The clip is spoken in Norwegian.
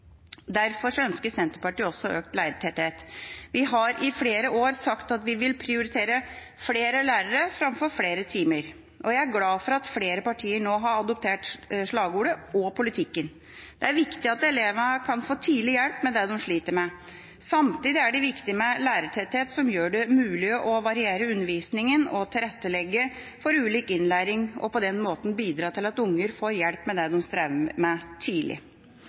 Derfor ønsker Senterpartiet også økt lærertetthet. Vi har i flere år sagt at vi vil prioritere flere lærere framfor flere timer. Jeg er glad for at flere partier nå har adoptert slagordet – og politikken. Det er viktig at elevene kan få tidlig hjelp med det de sliter med. Samtidig er det viktig med en lærertetthet som gjør det mulig å variere undervisningen og tilrettelegge for ulik innlæring og på den måten bidra til at unger får hjelp tidlig med det de strever med.